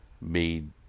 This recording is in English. made